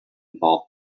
involve